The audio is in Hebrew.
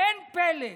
אין פלא,